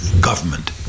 government